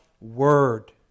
word